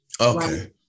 okay